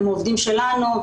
הם עובדים שלנו,